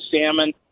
salmon